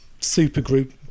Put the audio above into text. supergroup